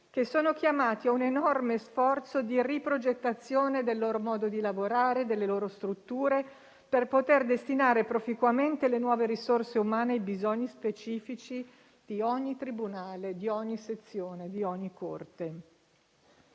che sono chiamati a un enorme sforzo di riprogettazione del loro modo di lavorare e delle loro strutture, per poter destinare proficuamente le nuove risorse umane ai bisogni specifici di ogni tribunale, di ogni sezione e di ogni corte.